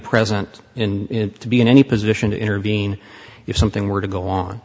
present in to be in any position to intervene if something were to go on